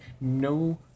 no